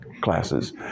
classes